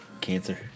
Cancer